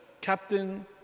Captain